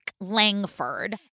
Langford